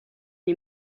est